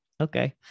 okay